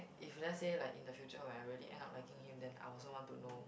if let's say like in the future when I really end up liking him then I also want to know